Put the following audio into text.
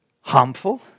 harmful